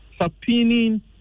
subpoenaing